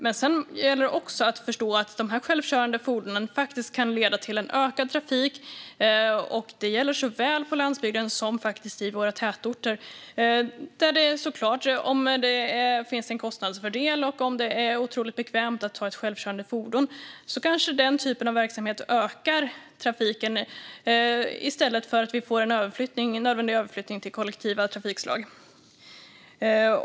Det gäller också att förstå att dessa självkörande fordon faktiskt kan leda till ökad trafik; det gäller såväl på landsbygden som i våra tätorter. Om det finns en kostnadsfördel och om det är otroligt bekvämt att ha ett självkörande fordon kanske den typen av verksamhet ökar trafiken i stället för att vi får en nödvändig överflyttning till kollektiva trafikslag.